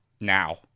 now